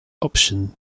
option